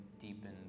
deepen